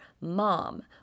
mom